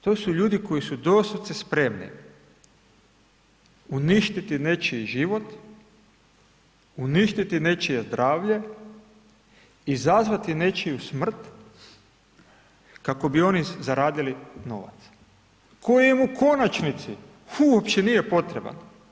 To su ljudi koji su doslovce spremni uništiti nečiji život, uništiti nečije zdravljem izazvati nečiju smrt kako bi oni zaradili novac koji mu u konačnici uopće nije potreban.